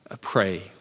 Pray